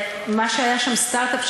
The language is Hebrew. היה שם סטארט-אפ,